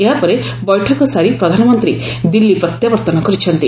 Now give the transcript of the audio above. ଏହାପରେ ବୈଠକ ସାରି ପ୍ରଧାନମନ୍ତ୍ରୀ ଦିଲ୍ଲୀ ପ୍ରତ୍ୟାବର୍ତ୍ତନ କରିଛନ୍ତି